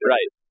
Right